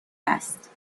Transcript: است